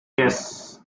yes